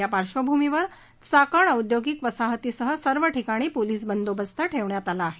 या पार्श्वभूमीवर चाकण औद्योगिक वसाहतीसह सर्व ठिकाणी पोलिस बंदोबस्त ठेवण्यात आला आहे